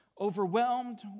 Overwhelmed